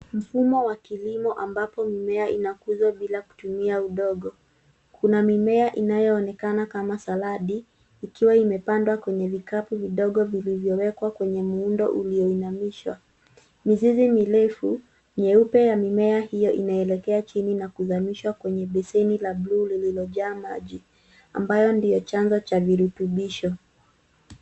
Mfumo wa kilimo ambapo mimea inakuzwa bila kutumia udongo. Kuna mimea inayoonekana kama saladi, ikiwa imepandwa kwenye vikapu vidogo vilivyowekwa kwenye muundo uliyoinamishwa. Mizizi mirefu nyeupe ya mimea hiyo inaelekea chini na kuzamishwa kwenye beseni la buluu lililojaa maji, ambayo ndio chanzo cha virutubisho.